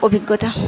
অভিজ্ঞতা